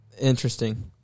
Interesting